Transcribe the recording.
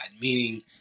meaning